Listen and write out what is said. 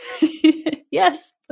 Yes